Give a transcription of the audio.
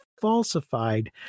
falsified